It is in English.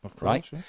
right